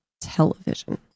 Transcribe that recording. television